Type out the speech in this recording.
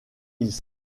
ils